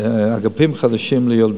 ובניינים חדשים ליולדות.